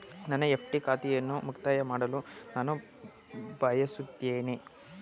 ನನ್ನ ಎಫ್.ಡಿ ಖಾತೆಯನ್ನು ಮುಕ್ತಾಯ ಮಾಡಲು ನಾನು ಬಯಸುತ್ತೇನೆ